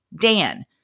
Dan